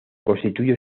constituye